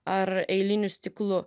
ar eiliniu stiklu